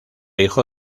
hijo